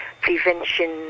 prevention